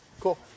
Cool